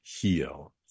Heal